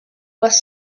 was